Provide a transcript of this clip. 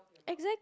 exact